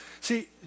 See